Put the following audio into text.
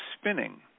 spinning